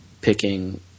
picking